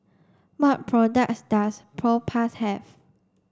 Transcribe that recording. what products does Propass have